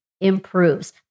improves